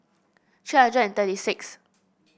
three hundred and thirty six